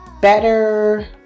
better